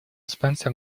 spencer